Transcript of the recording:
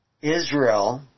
Israel